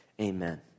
Amen